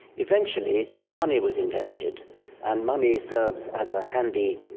eventually money was invented and money serves as a handy,